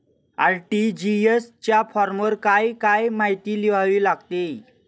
RTGS च्या फॉर्मवर काय काय माहिती लिहावी लागते?